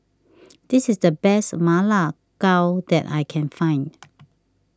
this is the best Ma La Gao that I can find